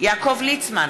יעקב ליצמן,